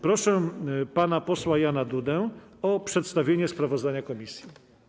Proszę pana posła Jana Dudę o przedstawienie sprawozdania komisji.